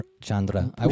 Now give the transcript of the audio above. Chandra